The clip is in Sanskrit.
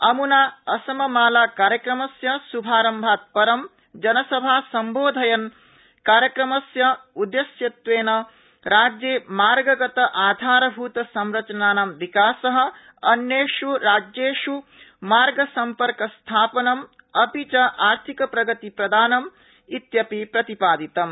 अमुना असम माला कार्यक्रमस्य श्भारम्भात् पर जनसभासम्बोधयन् कार्यक्रमस्य उद्देश्यत्वेन राज्ये मार्गगताधारभृत संरचनाना विकास अन्येष् राज्येषु मार्ग सम्पर्कस्थापनमपि च आर्थिकप्रगति प्रदान प्रतिपादितम्